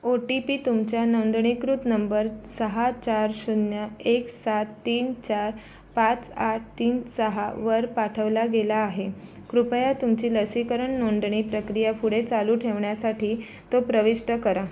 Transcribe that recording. ओ T P तुमच्या नोंदणीकृत number सहा चार शून्य एक सात तीन चार पाच आठ तीन सहावर पाठवला गेला आहे कृपया तुमची लसीकरण नोंदणी प्रक्रिया पुढे चालू ठेवण्यासाठी तो प्रविष्ट करा